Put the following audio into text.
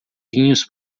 vinhos